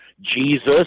Jesus